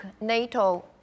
NATO